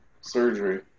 surgery